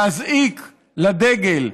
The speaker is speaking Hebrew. להזעיק לדגל,